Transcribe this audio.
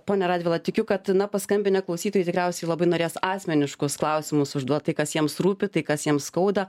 ponią radvilą tikiu kad na paskambinę klausytojai tikriausiai labai norės asmeniškus klausimus užduot tai kas jiems rūpi tai kas jiems skauda